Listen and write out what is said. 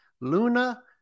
Luna